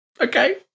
Okay